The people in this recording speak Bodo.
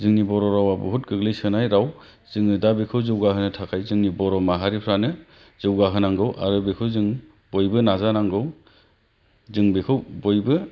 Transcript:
जोंनि बर' रावआ बुहुत गोग्लैसोनाय राव जोङो द बेखौ जौगाहोनो थाखाय जोंनि बर' माहारिफ्रानो जौगाहोनांगौ आरो बेखौ जों बयबो नाजानांगौ जों बेखौ बयबो